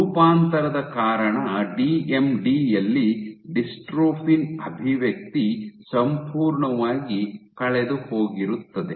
ರೂಪಾಂತರದ ಕಾರಣ ಡಿಎಂಡಿ ಯಲ್ಲಿ ಡಿಸ್ಟ್ರೋಫಿನ್ ಅಭಿವ್ಯಕ್ತಿ ಸಂಪೂರ್ಣವಾಗಿ ಕಳೆದು ಹೋಗಿರುತ್ತದೆ